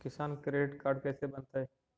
किसान credit card कैसे बनतै?